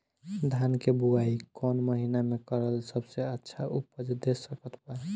धान के बुआई कौन महीना मे करल सबसे अच्छा उपज दे सकत बा?